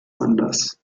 anders